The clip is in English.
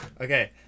okay